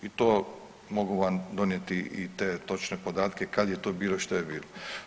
I to mogu vam donijeti i te točne podatke kad je to bilo šta je bilo.